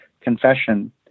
confession